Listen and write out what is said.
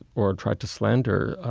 or tried to slander, ah,